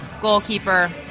goalkeeper